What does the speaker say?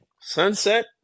Sunset